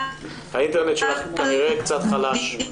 פשוט חלש